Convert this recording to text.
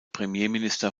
premierminister